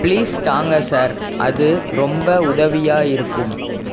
please தாங்க sir அது ரொம்ப உதவியாக இருக்கும்